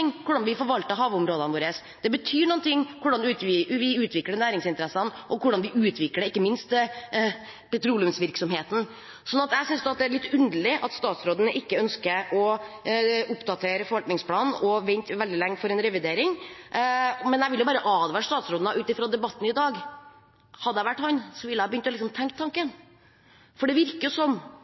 hvordan vi utvikler næringsinteressene, og hvordan vi utvikler ikke minst petroleumsvirksomheten. Så jeg synes det er litt underlig at statsråden ikke ønsker å oppdatere forvaltningsplanen og venter veldig lenge for en revidering. Men jeg vil advare statsråden ut fra debatten i dag: Hadde jeg vært ham, ville jeg ha begynt å tenke tanken, for det virker ut fra debatten som